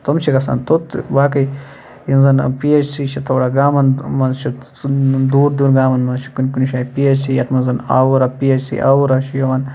تِم چھِ گَژھان توٚت تہِ باقٕے یِم زَن پی ایچ سی چھِ تھوڑا گامَن منٛز دوٗر دوٗر گامَن منٛز چھِ کُنہِ کُنہِ جاے پی ایچ سی یَتھ منٛز زَن آووٗرا پی ایچ سی آووٗرا چھُ یِوان